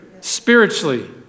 spiritually